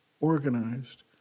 organized